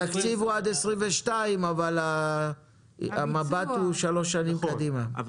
התקציב הוא עד שנת 22 אבל המבט הוא שלוש שנים קדימה.